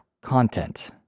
content